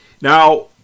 Now